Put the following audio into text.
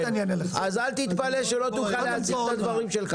אל תתפלא שלא תוכל להציג את הדברים שלך.